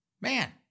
man